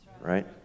Right